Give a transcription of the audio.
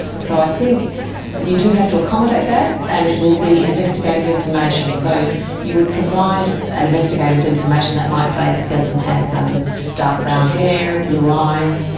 so i think you do have to accommodate that, and it will be investigative information. so you would provide an investigator with information that might say the person has um dark brown hair, blue eyes,